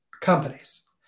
companies